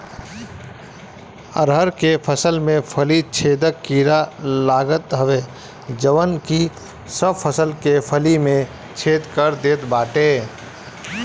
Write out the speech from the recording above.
अरहर के फसल में फली छेदक कीड़ा लागत हवे जवन की सब फसल के फली में छेद कर देत बाटे